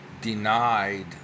denied